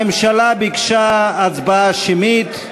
הממשלה ביקשה הצבעה שמית.